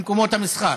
במקומות המסחר,